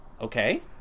Okay